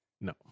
No